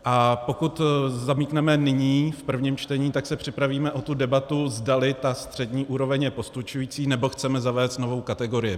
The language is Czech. A pokud ho zamítneme nyní v prvním čtení, tak se připravíme o tu debatu, zdali ta střední úroveň je postačující, nebo chceme zavést novou kategorii.